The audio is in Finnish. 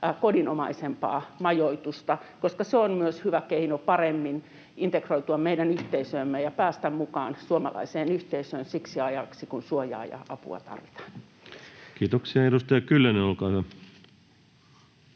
kodinomaisempaa majoitusta, koska se on myös hyvä keino paremmin integroitua meidän yhteisöömme ja päästä mukaan suomalaiseen yhteisöön siksi ajaksi, kun suojaa ja apua tarvitaan. Kiitoksia. — Edustaja Kyllönen, olkaa hyvä.